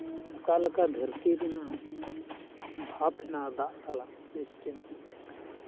ᱚᱠᱟ ᱞᱮᱠᱟ ᱫᱷᱟᱹᱨᱛᱤ ᱨᱮᱱᱟᱝ ᱵᱷᱟᱯ ᱢᱮᱱᱟᱜᱼᱟ ᱫᱟᱜ ᱥᱟᱞᱟᱜ ᱥᱤᱥᱴᱮᱢ ᱪᱮᱫ ᱞᱮᱠᱟ